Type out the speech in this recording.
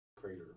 crater